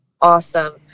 awesome